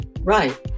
Right